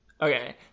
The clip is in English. okay